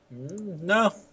No